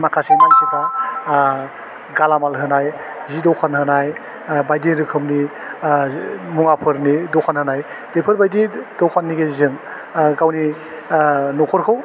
माखासे मानसिफ्रा आह गालामाल होनाय जि दखान होनाय ओह बायदि रोखोमनि ओह मुवाफोरनि दखान होनाय बेफोरबायदि दखाननि गेजेरजों आह गावनि आह नखरखौ